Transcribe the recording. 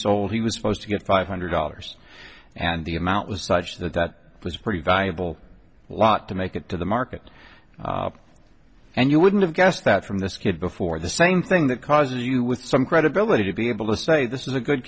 sold he was supposed to get five hundred dollars and the amount was such that that was a pretty valuable lot to make it to the market and you wouldn't have guessed that from this kid before the same thing that causes you with some credibility to be able to say this is a good